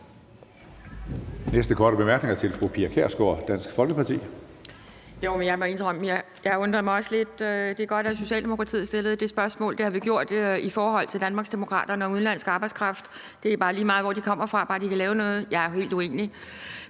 Næste korte bemærkning er til fru Pia Kjærsgaard, Dansk Folkeparti. Kl. 12:09 Pia Kjærsgaard (DF): Jeg må indrømme, at jeg også undrede mig lidt. Det er godt, at Socialdemokratiet stillede det spørgsmål. Det har vi gjort i forhold til Danmarksdemokraterne og udenlandsk arbejdskraft. Det er bare lige meget, hvor de kommer fra, bare de kan lave noget. Jeg er helt uenig.